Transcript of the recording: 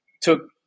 took